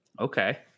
okay